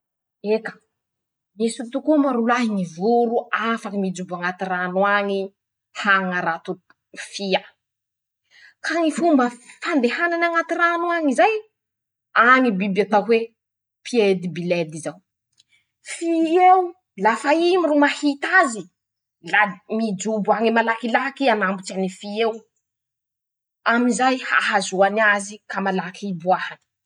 Eka !misy tokoa moa rolahy ñy voro afaky mijobo añaty rano añy hañarato fia. ka ñy fomba fandehanany añaty rano añy zay ;añy biby atao hoe: -Piede blede zao. fi'eo lafa iñy ro mahita azy, la mijobo añy malakilaky i hanambotsy any fi'eo amizay hahazoany azy ka malaky hiboahany.